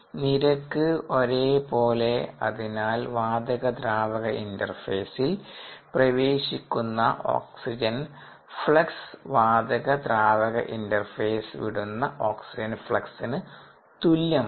നിരക്ക് ഒരേ പോലെ അതിനാൽ വാതക ദ്രാവക ഇന്റർഫെയിസിൽ പ്രവേശിക്കുന്ന ഓക്സിജൻ ഫ്ലക്സ് വാതക ദ്രാവക ഇന്റർഫെയിസ് വിടുന്ന ഓക്സിജൻ ഫ്ലക്സിന് തുല്യമാകണം